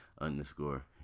underscore